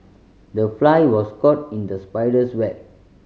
the fly was caught in the spider's web